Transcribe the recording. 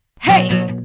Hey